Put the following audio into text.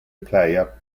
player